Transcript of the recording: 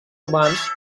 humans